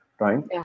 right